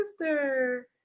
sister